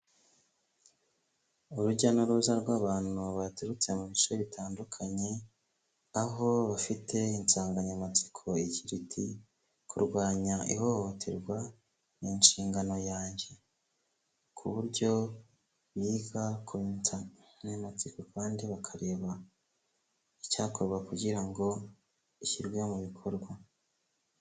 Urujya n'uruza rw'abantu baturutse mu bice bitandukanye, aho bafite insanganyamatsiko igira iti ''Kurwanya ihohoterwa ni inshingano yanjye.'' Ku buryo biga ku nsanganyamtsiko kandi bakareba icyakorwa kugira ngo ishyirwe mu bikorwa.